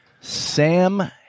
Sam